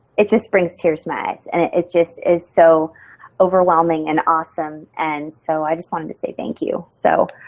it just brings tears to my eyes and it just is so overwhelming and awesome. and so i just wanted to say thank you. so